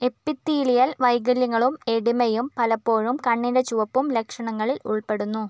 epithelial വൈകല്യങ്ങളും എഡിമയും പലപ്പോഴും കണ്ണിൻ്റെ ചുവപ്പും ലക്ഷണങ്ങളിൽ ഉൾപ്പെടുന്നു